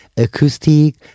Acoustic